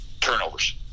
turnovers